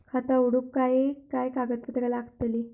खाता उघडूक काय काय कागदपत्रा लागतली?